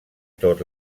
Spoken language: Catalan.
tot